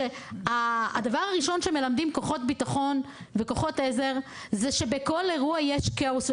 והדבר הראשון שמלמדים כוחות ביטחון וכוחות עזר זה שבכל אירוע יש כאוס,